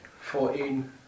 Fourteen